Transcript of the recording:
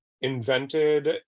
invented